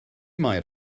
mair